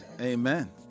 Amen